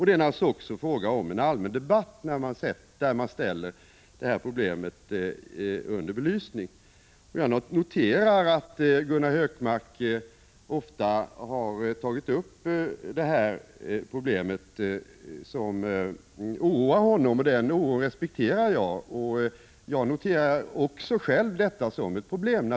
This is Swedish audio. Det är naturligtvis också fråga om en allmän debatt, där man ställer detta problem i belysning. Jag noterar att Gunnar Hökmark ofta har tagit upp detta problem, som han känner oro för. Jag respekterar denna oro och betraktar naturligtvis också själv det här som ett problem.